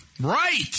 Right